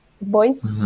boys